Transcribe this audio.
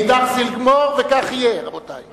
ואידך זיל גמור, וכך יהיה, רבותי.